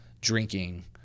drinking